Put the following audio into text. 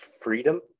freedom